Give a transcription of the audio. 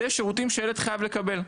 אלו שירותים שילד חייב לקבל.